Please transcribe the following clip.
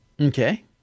Okay